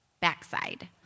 backside